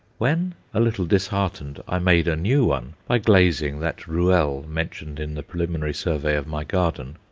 when, a little disheartened, i made a new one, by glazing that ruelle mentioned in the preliminary survey of my garden,